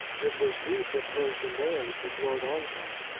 it was he proposed the marriage with lord ongar.